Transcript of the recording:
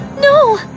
No